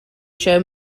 show